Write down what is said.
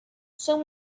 son